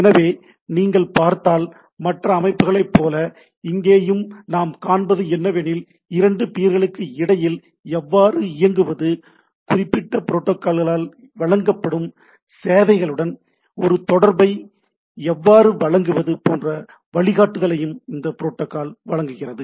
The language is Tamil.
எனவே நீங்கள் பார்த்தால் மற்ற அமைப்புகளைப் போல இங்கேயும் நாம் காண்பது என்னவெனில் இரண்டு பியர்களுக்கு இடையில் எவ்வாறு இயங்குவது குறிப்பிட்ட புரோட்டோக்கால்களால் வழங்கப்படும் சேவைகளுடன் ஒரு தொடர்பை எவ்வாறு வழங்குவது போன்ற வழிகாட்டுதலையும் இந்த புரோட்டோக்கால் வழங்குகிறது